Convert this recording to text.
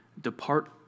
depart